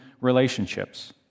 relationships